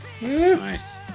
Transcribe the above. Nice